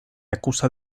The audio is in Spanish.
acusa